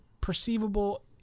perceivable